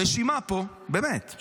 רשימה פה באמת.